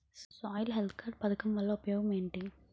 Soil health card పథకం వల్ల ఉపయోగం ఏంటి?